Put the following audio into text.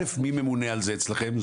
מי ממונה על זה אצלכם?